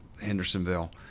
Hendersonville